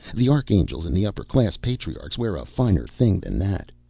the archangels and the upper-class patriarchs wear a finer thing than that.